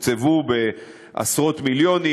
תוקצבו בעשרות מיליונים,